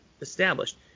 established